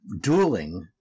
dueling